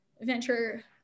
venture